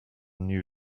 new